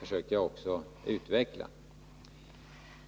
försökte jag också utveckla.